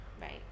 Right